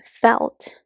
felt